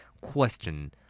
Question